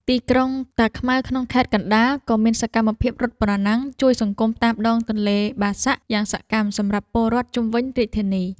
ទីក្រុងតាខ្មៅក្នុងខេត្តកណ្តាល ក៏មានសកម្មភាពរត់ប្រណាំងជួយសង្គមតាមដងទន្លេបាសាក់យ៉ាងសកម្មសម្រាប់ពលរដ្ឋជុំវិញរាជធានី។